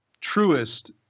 truest